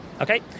Okay